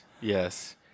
Yes